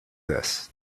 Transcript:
this